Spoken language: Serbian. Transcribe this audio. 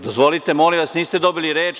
Dozvolite, molim vas, niste dobili reč.